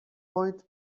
point